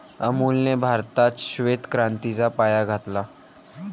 अमूलने भारतात श्वेत क्रांतीचा पाया घातला